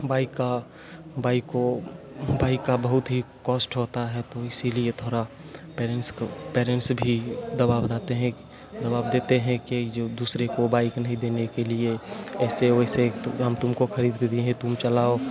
bike का bike को bike का बहुत ही कॉस्ट होता है तो इसीलिए थोड़ा पेरेंट्स को पेरेंट्स भी दबाव बनाते हैं दबाव देते हैं के जो दूसरे को बाइक नहीं देने के लिए ऐसे वैसे हम तुम को खरीद के दिए हैं तुम चलाओ